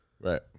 right